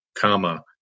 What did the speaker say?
comma